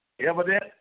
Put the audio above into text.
Evident